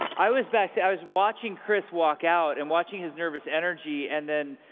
i was backstage. i was watching chris walk out and watching his nervous energy. and then.